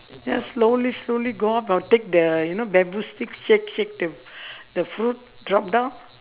ya slowly slowly go up I'll take the you know bamboo stick shake shake the fruit drop down